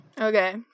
Okay